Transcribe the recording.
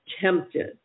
tempted